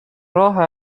راه